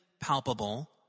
palpable